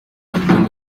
album